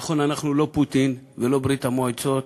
נכון, אנחנו לא פוטין ולא ברית-המועצות